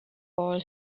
all